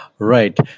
Right